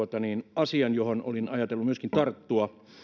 asian johon olin ajatellut myöskin tarttua